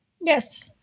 Yes